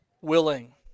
willing